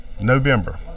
November